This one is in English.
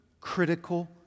critical